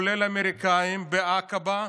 כולל האמריקאים, בעקבה,